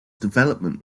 development